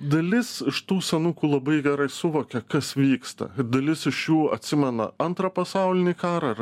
dalis iš tų senukų labai gerai suvokia kas vyksta dalis iš jų atsimena antrą pasaulinį karą ar